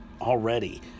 already